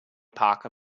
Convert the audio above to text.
parker